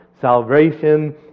Salvation